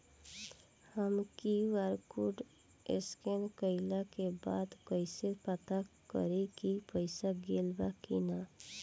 हम QR code scan कइला के बाद कइसे पता करि की पईसा गेल बा की न?